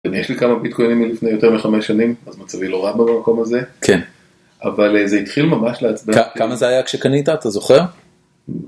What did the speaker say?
יש לי כמה ביטקוינים מלפני יותר מחמש שנים, אז מצבי לא רע במקום הזה, אבל זה התחיל ממש לעצבן אותי. כמה זה היה כשקנית? אתה זוכר?